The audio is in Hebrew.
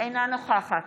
אינה נוכחת